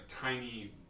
tiny